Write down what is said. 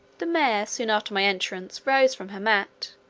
the mare soon after my entrance rose from her mat,